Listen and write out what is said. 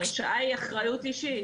ההרשעה היא אחריות אישית.